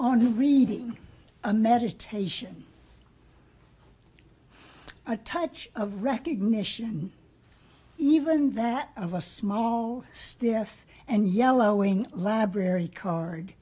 her reading a meditation a touch of recognition even that of a small staff and yellowing library card